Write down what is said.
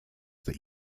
that